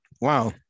wow